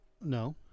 No